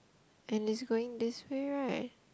and is going this way right